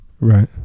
right